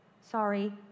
sorry